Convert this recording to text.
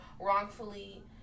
wrongfully